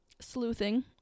sleuthing